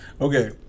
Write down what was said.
Okay